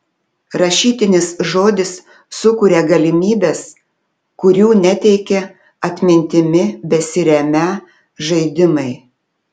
rašytinis žodis sukuria galimybes kurių neteikė atmintimi besiremią žaidimai